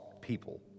people